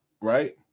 right